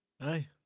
Aye